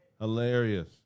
Hilarious